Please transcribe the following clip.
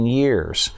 years